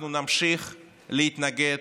אנחנו נמשיך להתנגד